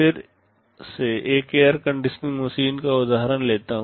फिर से एक एयर कंडीशनिंग मशीन का उदाहरण लेता हूं